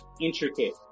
intricate